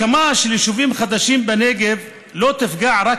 הקמה של יישובים חדשים בנגב לא תפגע רק